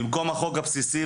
במקום החוק הבסיסי,